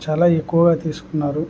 చాలా ఎక్కువగా తీసుకున్నారు